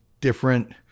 different